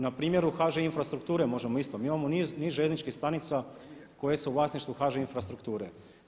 Na primjeru HŽ Infrastrukture možemo isto, mi imao niz željezničkih stanica koje su u vlasništvu HŽ Infrastrukture.